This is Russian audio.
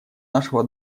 нашего